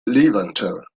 levanter